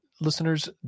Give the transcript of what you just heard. listeners